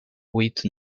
wheat